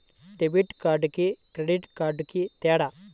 Debit కార్డుకి credit కార్డుకి తేడా?